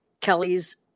Kelly's